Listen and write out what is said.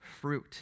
fruit